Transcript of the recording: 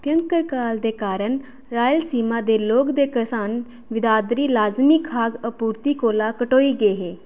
भंयकर काल दे कारण रायलसीमा दे लोक ते करसान बिरादरी लाजमी खाद्य आपूर्ति कोला कटोई गे हे